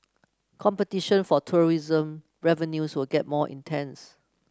competition for tourism revenues will get more intense